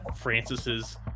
Francis's